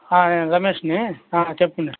నేను రమేష్ని చెప్పండి